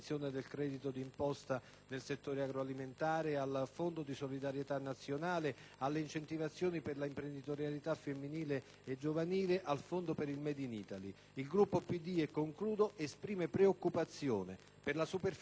nel settore agroalimentare, al Fondo di solidarietà nazionale, alle incentivazioni per l'imprenditorialità femminile e giovanile, al fondo per il *made in Italy.* II Gruppo del PD, inoltre, esprime preoccupazione per la superficialità con cui il Governo